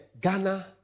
Ghana